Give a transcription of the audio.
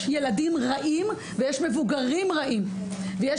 יש ילדים רעים ויש מבוגרים רעים ויש